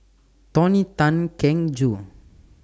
Tony Tan Keng Joo